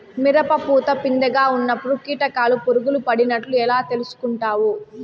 మిరప పూత పిందె గా ఉన్నప్పుడు కీటకాలు పులుగులు పడినట్లు ఎట్లా తెలుసుకుంటావు?